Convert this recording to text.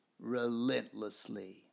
relentlessly